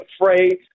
afraid